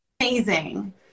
amazing